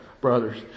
brothers